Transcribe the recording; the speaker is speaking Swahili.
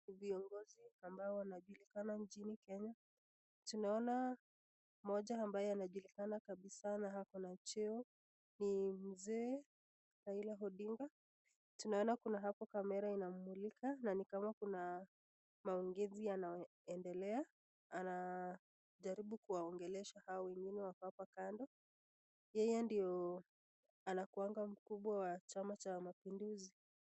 Viongozi ambao wnajulikana nchini kenya. Tunaona mmoja ambaye anajulikana kabisa na ako na cheo ni Mzee Raila Odinga tunaona kuna hapo kamera inammulika na ni kama kuna maongezi yanayoendela anajaribu kuwaongelesha hao wengine wako hapa kando yeye ndio anakuanga mkubwa wa chama cha mapinduzi.